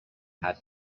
had